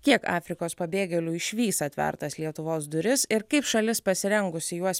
kiek afrikos pabėgėlių išvys atvertas lietuvos duris ir kaip šalis pasirengusi juos